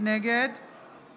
נגד